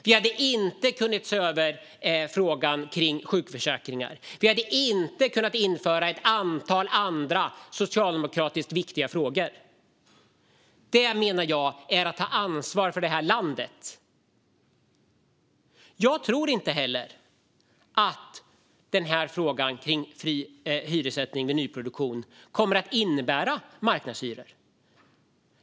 Vi hade inte kunnat se över frågan om sjukförsäkringar. Vi hade inte kunnat införa ett antal andra socialdemokratiskt viktiga frågor. Det menar jag är att ta ansvar för det här landet. Jag tror inte heller att den här frågan om fri hyressättning vid nyproduktion kommer att innebära marknadshyror.